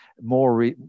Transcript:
more